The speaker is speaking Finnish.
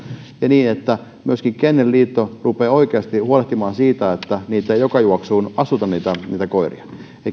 ja niin että myöskin kennelliitto rupeaa oikeasti huolehtimaan siitä että niitä koiria ei joka juoksuun astuteta eli